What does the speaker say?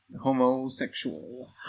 Homosexual